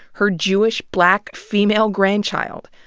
her jewish, black, female grandchild.